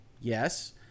Yes